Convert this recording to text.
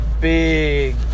big